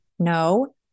No